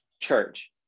church